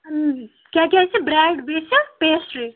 ٲم کیاہ کیاہ چھِ برٛیڈ بیٚیہِ چھِ پیسٹری